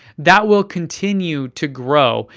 that will continue to grow.